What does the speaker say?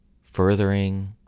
furthering